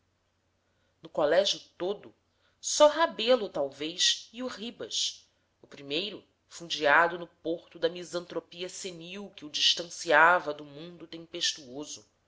no colégio todo só rebelo talvez e o ribas o primeiro fundeado no porto da misantropia senil que o distanciava do mundo